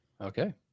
Okay